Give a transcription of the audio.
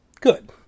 Good